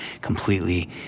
completely